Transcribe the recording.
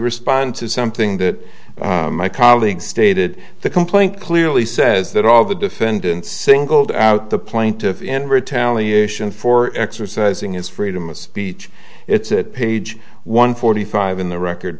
respond to something that my colleague stated the complaint clearly says that all the defendants singled out the plaintiff in retaliation for exercising his freedom of speech it's at page one forty five in the record